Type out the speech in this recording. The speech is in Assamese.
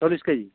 চল্লিছ কেজি